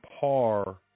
par